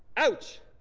ouch.